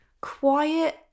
quiet